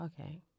okay